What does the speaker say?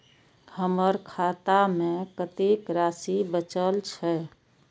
हमर खाता में कतेक राशि बचल छे?